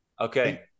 Okay